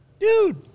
dude